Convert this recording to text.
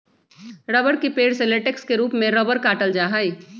रबड़ के पेड़ से लेटेक्स के रूप में रबड़ काटल जा हई